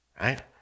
Right